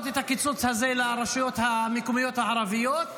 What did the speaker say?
את הקיצוץ הזה לרשויות המקומיות הערביות,